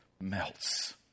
melts